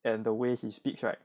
and the way he speaks right